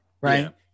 right